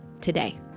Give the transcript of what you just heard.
today